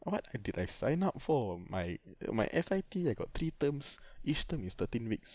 what did I sign up for my my S_I_T I got three terms each term is thirteen weeks